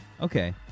Okay